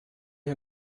you